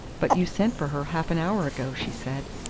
but you sent for her half an hour ago, she said.